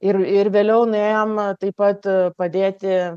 ir ir vėliau nuėjom taip pat padėti